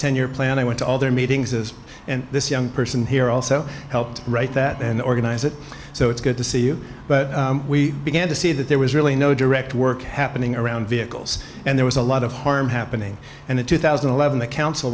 ten year plan i went to all their meetings as this young person here also helped write that and organize it so it's good to see you but we began to see that there was really no direct work happening around vehicles and there was a lot of harm happening and in two thousand and eleven the council